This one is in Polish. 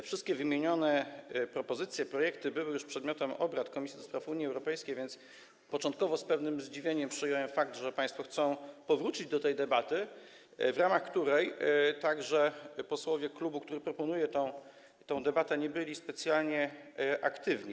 Wszystkie wymienione propozycje, projekty były już przedmiotem obrad Komisji do Spraw Unii Europejskiej, więc początkowo z pewnym zdziwieniem przyjąłem fakt, że państwo chcą powrócić do tej debaty, podczas której także posłowie klubu, który proponuje tę debatę, nie byli specjalnie aktywni.